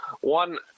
one